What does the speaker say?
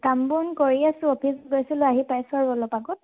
কাম বন কৰি আছোঁ অফিচ গৈছিলোঁ আহি পাইছোঁ আৰু অলপ আগত